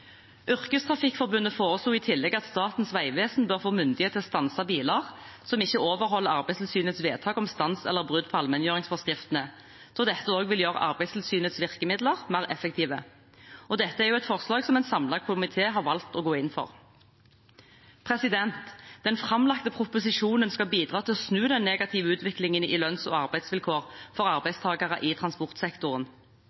Yrkestrafikkforbundet foreslo i tillegg at Statens vegvesen bør få myndighet til å stanse biler som ikke overholder Arbeidstilsynets vedtak om stans eller brudd på allmenngjøringsforskriftene, da dette vil gjøre Arbeidstilsynets virkemidler mer effektive. Dette er et forslag som en samlet komité har valgt å gå inn for. Den framlagte proposisjonen skal bidra til å snu den negative utviklingen i lønns- og arbeidsvilkår for